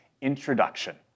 Introduction